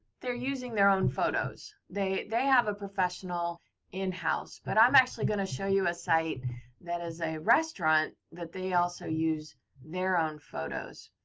they're using their own photos. they they have a professional in-house but i'm actually going to show you a site that is a restaurant, that they also use their own photos.